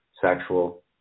sexual